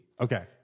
Okay